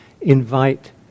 invite